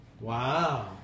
Wow